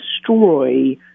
destroy